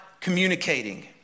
communicating